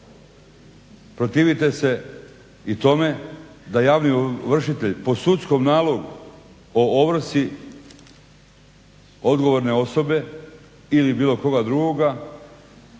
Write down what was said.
Protivite se i tome da javni ovršitelj po sudskom nalogu o ovrsi odgovorne osobe ili bilo koga drugoga